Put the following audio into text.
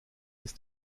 ist